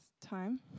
time